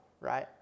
right